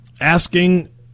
asking